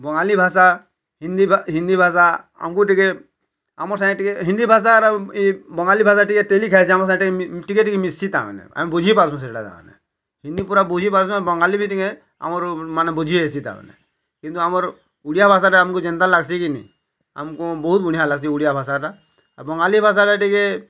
ବଙ୍ଗାଲି ଭାଷା ହିନ୍ଦୀ ହିନ୍ଦୀ ଭାଷା ଆମ୍ କୁ ଟିକେ ଆମର୍ ସାଙ୍ଗେ ଟିକେ ହିନ୍ଦୀ ଭାଷାର ଇ ବଙ୍ଗାଲି ଭାଷା ଟିକେ ଟେଲି ଖାଇଛି ଆମ ସାଙ୍ଗେ ଟିକେ ଟିକେ ମିଶଛି ତାମାନେ ଆମେ ବୁଝିପାରୁଛୁ ସେଇଟା ତାମାନେ ହିନ୍ଦୀ ପୁରା ବୁଝିପାରୁଛୁଁ ବଙ୍ଗାଲି ବି ଟିକେ ଆମର୍ ମାନେ ବୁଝି ହେସି ତାମାନେ କିନ୍ତୁ ଆମର୍ ଓଡ଼ିଆ ଭାଷାଟା ଆମ୍ କୁ ଯେନ୍ତା ଲାଗ୍ସି କିନି ଆମ୍ କୁ ବହୁତ୍ ବଢ଼ିଆ ଲାଗ୍ସି ଓଡ଼ିଆ ଭାଷାଟା ଆଉ ବଙ୍ଗାଲି ଭାଷାଟା ଟିକେ